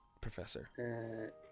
professor